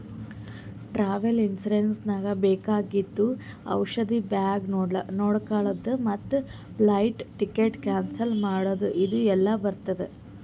travel insurance ನಾಗ್ ಬೇಕಾಗಿದ್ದು ಔಷಧ ಬ್ಯಾಗ್ ನೊಡ್ಕೊಳದ್ ಮತ್ ಫ್ಲೈಟ್ ಟಿಕೆಟ್ ಕ್ಯಾನ್ಸಲ್ ಮಾಡದ್ ಇದು ಎಲ್ಲಾ ಬರ್ತುದ